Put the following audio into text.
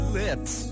lips